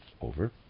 over